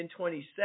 27